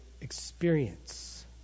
experience